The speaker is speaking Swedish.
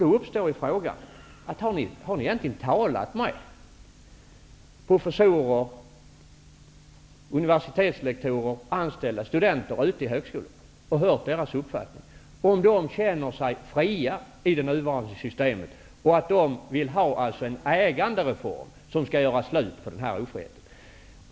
Då uppstår frågan: Har ni egentligen talat med professorer, universitetslektorer, anställda och studenter ute på högskolorna och hört deras uppfattning, om de känner sig fria i det nuvarande systemet eller om de vill ha en ägandereform som skall göra slut på ofriheten?